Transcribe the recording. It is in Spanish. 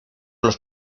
los